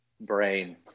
brain